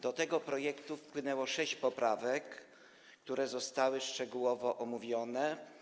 Do tego projektu wpłynęło sześć poprawek, które zostały szczegółowo omówione.